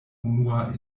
unua